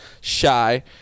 Shy